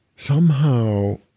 somehow,